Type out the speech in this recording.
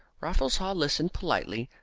raffles haw listened politely,